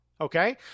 okay